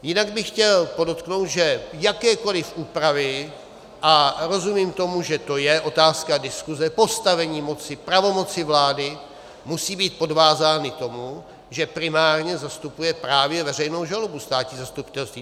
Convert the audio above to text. Jinak bych chtěl podotknout, že jakékoliv úpravy, a rozumím tomu, že to je otázka diskuze, postavení moci, pravomoci vlády musí být podvázány tomu, že primárně zastupuje právě veřejnou žalobu státní zastupitelství.